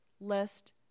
lest